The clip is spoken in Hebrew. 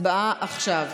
הצבעה עכשיו.